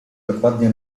dokładnie